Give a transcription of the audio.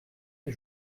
les